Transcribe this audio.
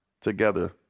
together